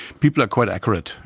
people are quite accurate.